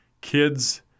kids